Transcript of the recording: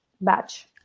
batch